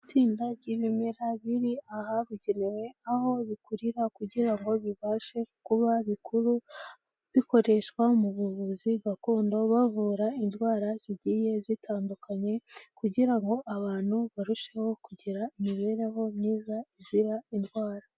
Itsinda ry'ibimera biri ahabugenewe aho bikurira kugira ngo bibashe kuba bikuru bikoreshwa mu buvuzi gakondo bavura indwara zigiye zitandukanye kugira ngo abantu barusheho kugira imibereho myiza izira indwara.